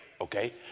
okay